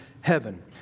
heaven